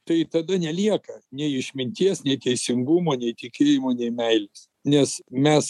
tai tada nelieka nei išminties nei teisingumo nei tikėjimo nei meilės nes mes